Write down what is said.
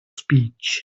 speech